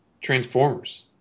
Transformers